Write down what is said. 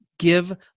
give